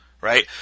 Right